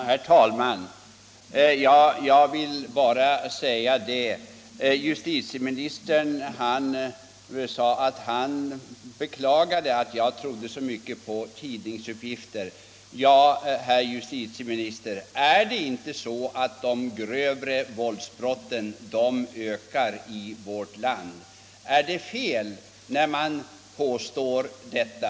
Herr talman! Justitieministern beklagade att jag trodde så mycket på tidningsuppgifter. Ja, herr justitieminister, är det inte så att de grövre våldsbrotten ökar i vårt land? Är det fel när man påstår detta?